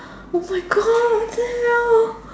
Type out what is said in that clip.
oh my God what the hell